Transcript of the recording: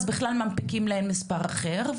אז בכלל מנפיקים להם מספר אחר.